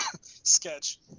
Sketch